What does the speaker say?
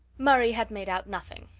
murray had made out nothing.